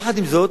יחד עם זאת,